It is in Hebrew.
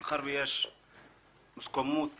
מאחר ויש שתיקה מוסכמת